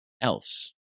else